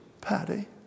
Patty